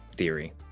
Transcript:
theory